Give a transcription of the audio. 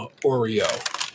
Oreo